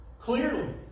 Clearly